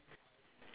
ya